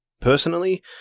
Personally